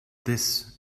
this